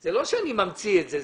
זה לא אני ממציא את זה.